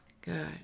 Good